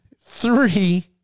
Three